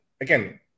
again